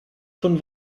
von